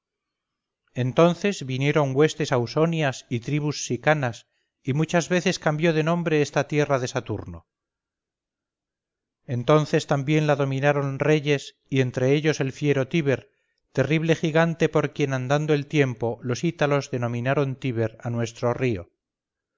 entonces vinieron huestes ausonias y tribus sicanas y muchas veces cambió de nombre esta tierra de saturno entonces también la dominaron reyes y entre ellos el fiero tíber terrible gigante por quien andando el tiempo los ítalos denominaron tíber a nuestro río